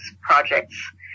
projects